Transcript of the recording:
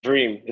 Dream